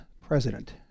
president